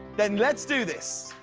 then let's do this.